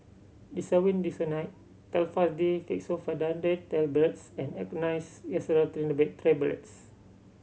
Desowen Desonide Telfast D Fexofenadine Tablets and Angised Glyceryl Trinitrate Tablets